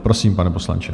Prosím, pane poslanče.